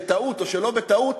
בטעות או שלא בטעות,